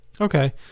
okay